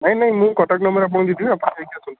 ନାଇଁ ନାଇଁ ମୁଁ କଣ୍ଟାକ୍ଟ୍ ନମ୍ବର୍ ଆପଣଙ୍କୁ ଦେଇ ଦେବି ଆପଣ ଯାଇକି ଆସନ୍ତୁ